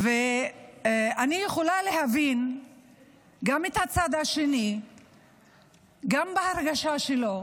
יכולה להבין את הצד השני בהרגשה שלו